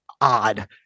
odd